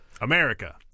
America